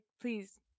please